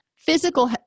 Physical